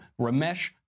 Ramesh